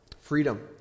freedom